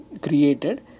created